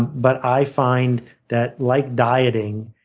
but i find that, like dieting,